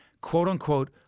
quote-unquote